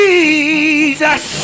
Jesus